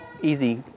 Easy